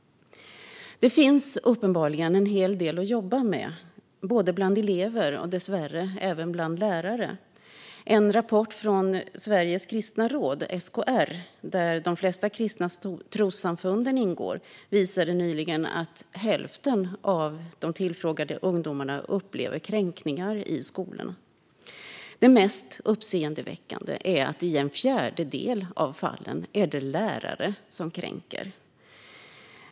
Det finns uppenbarligen en hel del att jobba med bland elever och dessvärre även bland lärare. En rapport från Sveriges kristna råd, SKR, där de flesta kristna trossamfunden ingår, visade nyligen att hälften av de tillfrågade ungdomarna upplever kränkningar i skolan. Det mest uppseendeväckande är att det i en fjärdedel av fallen är lärare som kränker.